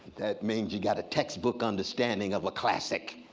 that means you got a textbook on the standing of a classic.